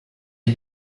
est